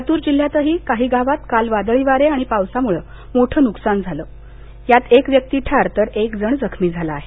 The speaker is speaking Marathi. लातूर जिल्ह्यातील काही गावात काल वादळी वारे आणि पावसामुळ मोठं नुकसान झालं असून एक व्यक्ती ठार तर एक जखमी झाला आहे